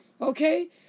Okay